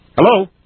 Hello